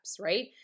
right